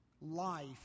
life